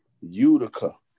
Utica